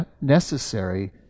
necessary